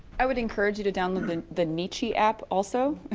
i would encourage you to download the nichi app also.